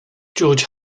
george